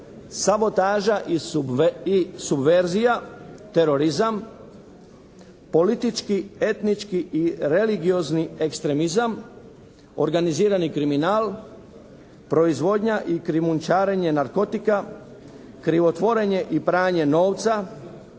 sabotaža i subverzija, terorizam, politički, etnički i religiozni ekstremizam, organizirani kriminal, proizvodnja i krijumčarenje narkotika, krivotvorenje i pranje novca,